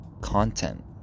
content